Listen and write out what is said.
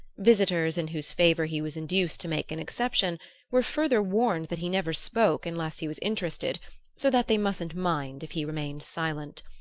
visitors in whose favor he was induced to make an exception were further warned that he never spoke unless he was interested so that they mustn't mind if he remained silent.